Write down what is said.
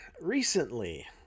recently